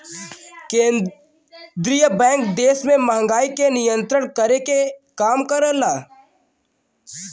केंद्रीय बैंक देश में महंगाई के नियंत्रित करे क काम करला